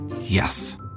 Yes